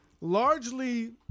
largely